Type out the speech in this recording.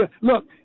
look